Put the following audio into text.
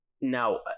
Now